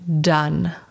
done